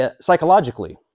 psychologically